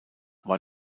war